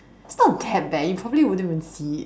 it's not that bad you probably wouldn't even see it